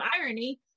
irony